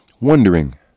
wondering